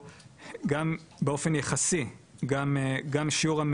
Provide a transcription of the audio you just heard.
גם שיעור המנוכים הוא יחסית גבוה לענפים אחרים,